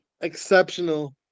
exceptional